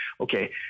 Okay